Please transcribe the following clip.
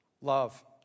love